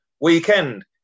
weekend